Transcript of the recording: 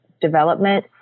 development